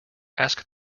ask